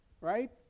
right